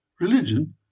Religion